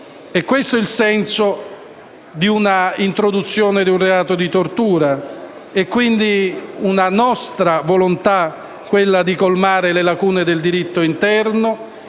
È questo il senso dell'introduzione di un reato di tortura. C'è la nostra volontà di colmare le lacune del diritto interno